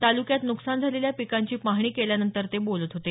तालुक्यात नुकसान झालेल्या पिकांची पाहणी केल्यानंतर ते बोलत होते